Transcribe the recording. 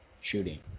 shooting